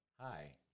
Hi